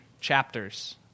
chapters